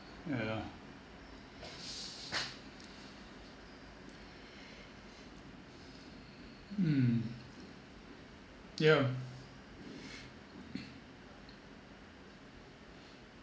ya ya mm yeah